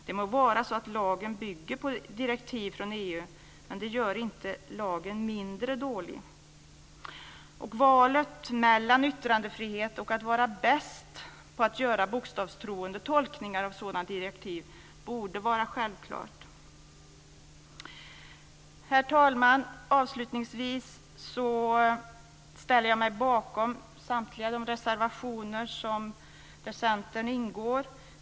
Det må vara så att lagen bygger på direktiv från EU, men det gör inte lagen mindre dålig. Och valet mellan yttrandefrihet och att vara bäst på att göra bokstavstrogna tolkningar av sådana direkt borde vara självklart. Herr talman! Avslutningsvis ställer jag mig bakom samtliga reservationer där Centern ingår.